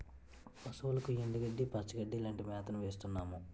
పశువులకు ఎండుగడ్డి, పచ్చిగడ్డీ లాంటి మేతను వేస్తున్నాము